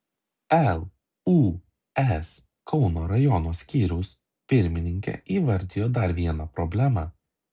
lūs kauno rajono skyriaus pirmininkė įvardijo dar vieną problemą